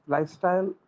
Lifestyle